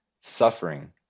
suffering